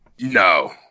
No